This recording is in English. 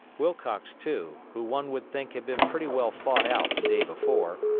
wilcox, too, who one would think had been pretty well fought out the day before,